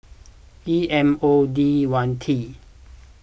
E M O D one T